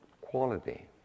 quality